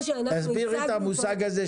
אסביר.